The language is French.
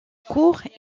court